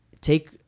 Take